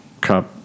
Cup